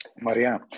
Maria